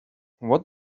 what